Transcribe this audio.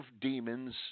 demons